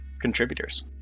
contributors